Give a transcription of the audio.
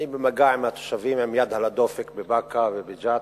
אני במגע עם התושבים, עם יד על הדופק בבאקה ובג'ת.